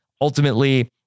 ultimately